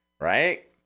right